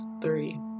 three